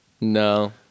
No